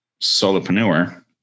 solopreneur